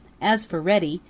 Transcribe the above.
as for reddy,